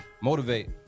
Motivate